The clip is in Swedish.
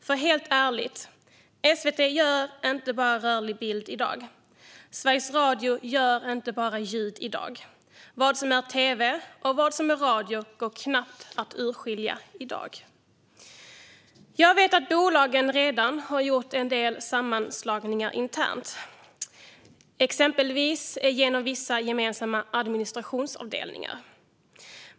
För helt ärligt: SVT gör inte bara rörlig bild i dag. Sveriges Radio gör inte bara ljud i dag. Vad som är tv och vad som är radio går i dag knappt att urskilja. Jag vet att bolagen redan har gjort en del sammanslagningar internt, exempelvis genom vissa gemensamma administrationsavdelningar.